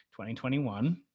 2021